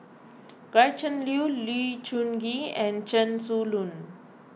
Gretchen Liu Lee Choon Kee and Chen Su Lan